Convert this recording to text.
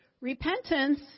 Repentance